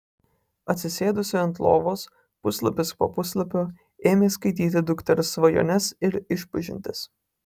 atsisėdusi ant lovos puslapis po puslapio ėmė skaityti dukters svajones ir išpažintis